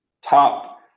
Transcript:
top